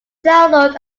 download